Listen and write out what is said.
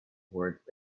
words